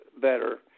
better